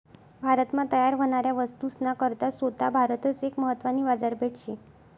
भारत मा तयार व्हनाऱ्या वस्तूस ना करता सोता भारतच एक महत्वानी बाजारपेठ शे